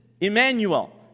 Emmanuel